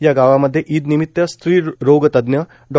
या गावामध्ये ईदनिमित्त स्त्रीरोगतज्ञ डॉ